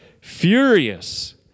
Furious